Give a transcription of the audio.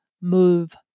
move